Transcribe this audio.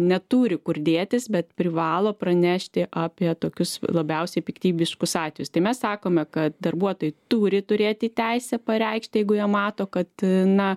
neturi kur dėtis bet privalo pranešti apie tokius labiausiai piktybiškus atvejus tai mes sakome kad darbuotojai turi turėti teisę pareikšti jeigu jie mato kad na